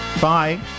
Bye